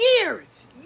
years